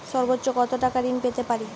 সর্বোচ্চ কত টাকা ঋণ পেতে পারি?